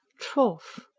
trough?